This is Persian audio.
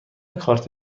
کارت